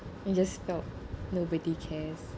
it just felt nobody cares